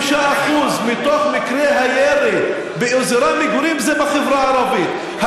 95% מתוך מקרי הירי באזור המגורים הם בחברה הערבית.